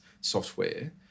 software